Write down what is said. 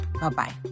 Bye-bye